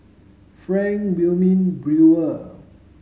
Frank Wilmin Brewer